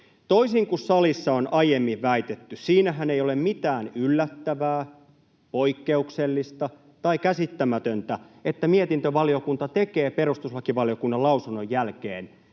Toisin kuin salissa on aiemmin väitetty, siinähän ei ole mitään yllättävää, poikkeuksellista tai käsittämätöntä, että mietintövaliokunta tekee perustuslakivaliokunnan lausunnon jälkeen